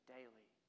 Daily